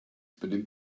benimmt